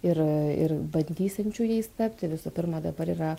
ir ir bandysiančių jais tapti visų pirma dabar yra